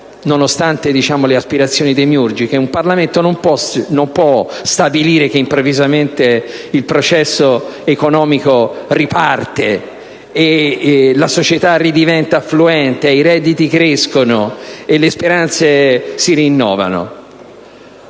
nonostante le aspirazioni demiurgiche; un Parlamento non può stabilire che improvvisamente il processo economico riparte e la società ridiventa fluente, i redditi crescono e le speranze si rinnovano: